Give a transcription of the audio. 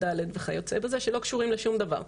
ד' וכיוצא בזה שלא קשורים לשום דבר.